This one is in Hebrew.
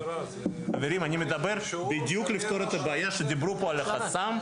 חברים אני מדבר בדיוק לפתור את הבעיה שדיברו פה על החסם,